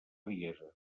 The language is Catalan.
riera